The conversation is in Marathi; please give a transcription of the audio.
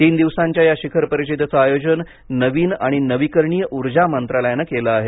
तीन दिवसांच्या या शिखर परिषदेचं आयोजन नवीन आणि नवीकरणीय ऊर्जा मंत्रालयानं केलं आहे